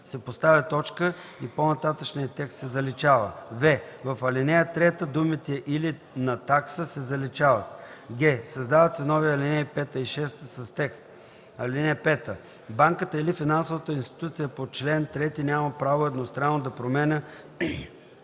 се поставя точка и по-нататъшния текст се заличава. в) в ал. 3 думите „или на такса” се заличават; г) създават се нови ал. 5 и 6 с текст: „(5) Банката или финансовата институция по чл. 3 няма право едностранно да променя